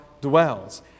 dwells